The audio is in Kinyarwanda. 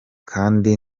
kandi